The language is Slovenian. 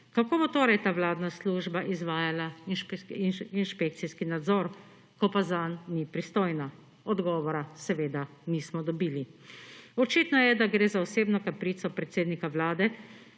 Kako bo torej ta vladna služba izvajala inšpekcijski nadzor, ko pa zanj ni pristojno. Odgovora seveda nismo dobili. Očitno je, da gre za osebno kaprico predsednika Vlade,